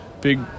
big